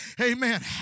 Amen